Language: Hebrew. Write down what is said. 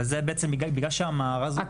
אבל זה בגלל שהמארז גדול יותר.